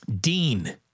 Dean